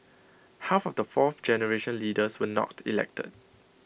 half of the fourth generation leaders were not elected